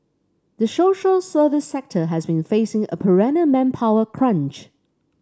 the social service sector has been facing a perennial manpower crunch